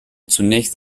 zunächst